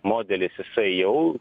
modelis jisai jau